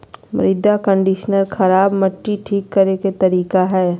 मृदा कंडीशनर खराब मट्टी ठीक करे के तरीका हइ